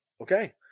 Okay